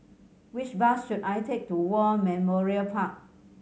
which bus should I take to War Memorial Park